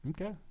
Okay